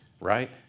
Right